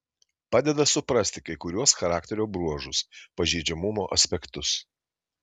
padeda suprasti kai kuriuos charakterio bruožus pažeidžiamumo aspektus